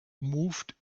moved